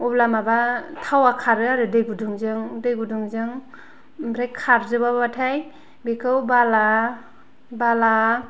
अब्ला माबा थावा खारो आरो दै गुदुंजों दै गुदुंजों आमफ्राय खारजोबाब्लाथाय बेखौ बाला बाला